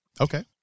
Okay